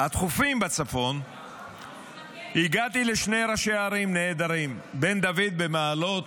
התכופים בצפון הגעתי לשני ראשי ערים נהדרים: בן דוד במעלות